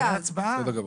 בסדר גמור.